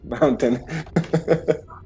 mountain